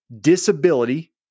disability